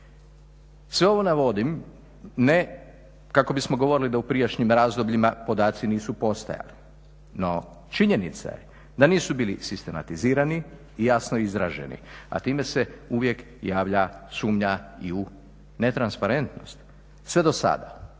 Sve ovo navodim ne kako bismo govorili da u prijašnjim razdobljima podaci nisu postojali, no činjenica je da nisu bili sistematizirani i jasno izraženi, a time se uvijek javlja sumnja i u netransparentnost sve do sada.